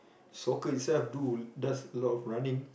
soccer itself do does a lot of running